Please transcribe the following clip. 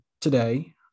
today